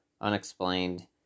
unexplained